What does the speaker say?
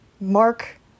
Mark